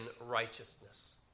righteousness